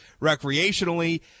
recreationally